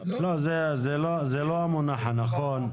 זה לא המונח הנכון.